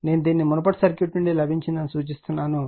నేను దీనిని మునుపటి సర్క్యూట్ నుండి లభించిందని సూచిస్తున్నాను